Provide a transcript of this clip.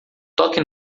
toque